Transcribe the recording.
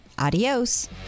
adios